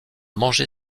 mangé